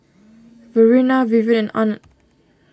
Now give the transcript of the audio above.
Verena Vivien and Arnett